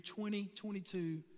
2022